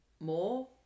more